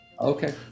Okay